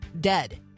dead